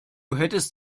hättest